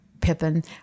Pippin